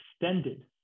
extended